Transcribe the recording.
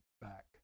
back